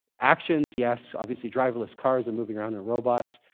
actions, yes. obviously, driverless cars are moving around, and robots.